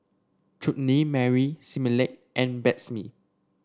Chutney Mary Similac and Betsy Mee